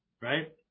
Right